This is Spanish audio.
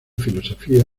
filosofía